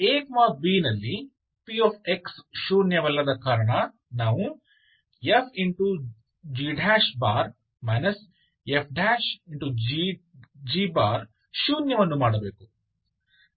a b ನಲ್ಲಿ px ಶೂನ್ಯವಲ್ಲದ ಕಾರಣ ನಾವು f g f g ಶೂನ್ಯವನ್ನು ಮಾಡಬೇಕು